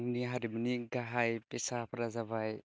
आंनि हारिमुनि गाहाय बिसाफ्रा जाबाय